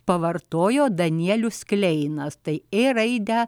pavartojo danielius kleinas tai ė raidę